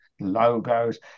logos